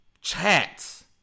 chats